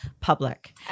public